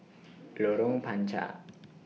Lorong Panchar